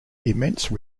immense